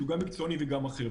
גם מקצועני וגם אחר.